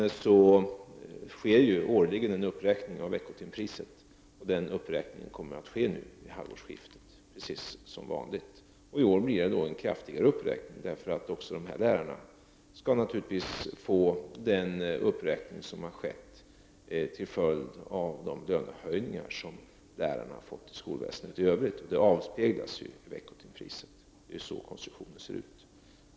Det sker årligen en uppräkning av veckotimpriset, och den uppräkningen kommer att ske nu precis som vanligt vid halvårsskiftet. I år blir det en kraftigare uppräkning, eftersom också de här lärarna naturligtvis skall få del av den uppräkning som har skett till följd av de lönehöjningar som lärarna har fått i skolväsendet i övrigt. På grund av den konstruktion som gäller avspeglar sig ju dessa höjningar i veckotimpriset.